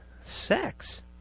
sex